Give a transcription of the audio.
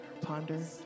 ponder